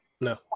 no